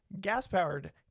gas-powered